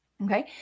Okay